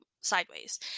sideways